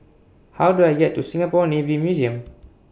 How Do I get to Singapore Navy Museum